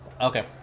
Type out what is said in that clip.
Okay